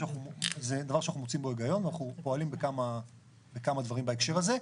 זה דבר שאנחנו מוצאים בו היגיון ואנחנו פועלים בכמה דברים בהקשר הזה.